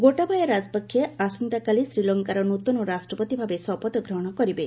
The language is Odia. ଗୋଟାବାୟା ରାଜପକ୍ଷ ଆସନ୍ତାକାଲି ଶ୍ରୀଲଙ୍କାର ନୃତନ ରାଷ୍ଟ୍ରପତିଭାବେ ଶପଥ ଗ୍ରହଣ କରିବେ